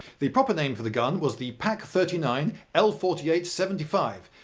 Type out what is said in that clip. the proper name for the gun was the pak thirty nine l forty eight seventy five.